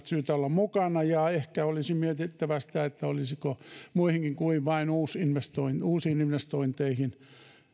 syytä olla mukana ja ehkä olisi mietittävä sitä olisiko muihinkin kuin vain uusiin investointeihin